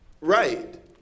right